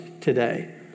today